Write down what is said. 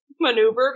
maneuver